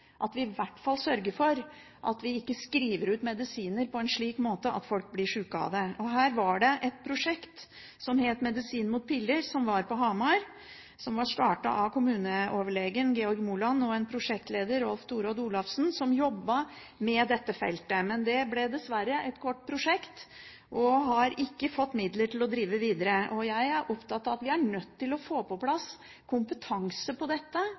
at vi i hvert fall sørger for at vi ikke skriver ut medisiner på en slik måte at folk blir syke av det. Her var det et prosjekt på Hamar som het «Medisin mot piller», som ble startet av kommuneoverlegen, Georg Moland, og en prosjektleder, Rolf Torodd Olafsen, som jobbet med dette feltet. Men det ble dessverre et kort prosjekt, og man har ikke fått midler til å drive videre. Jeg er opptatt av at vi er nødt til å få på plass kompetanse på dette